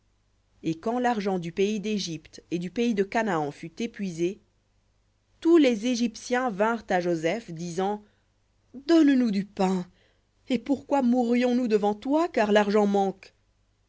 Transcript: et quand l'argent du pays d'égypte et du pays de canaan fut épuisé tous les égyptiens vinrent à joseph disant donne-nous du pain et pourquoi mourrions nous devant toi car l'argent manque